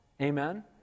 Amen